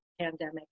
pandemic